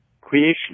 creation